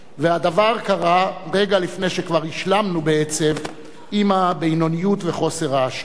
והדבר קרה רגע לפני שכבר השלמנו בעצב עם הבינוניות וחוסר ההשראה,